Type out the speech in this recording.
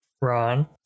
Ron